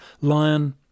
Lion